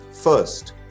First